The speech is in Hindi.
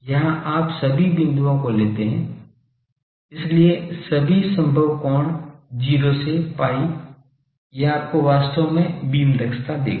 यहां आप सभी बिंदुओं को लेते हैं इसलिए सभी संभव कोण 0 से pi यह आपको वास्तव में बीम दक्षता देगा